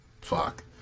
fuck